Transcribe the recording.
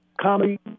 comedy